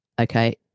okay